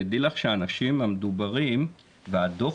תדעי לך שהאנשים המדוברים והדוח,